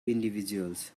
individuals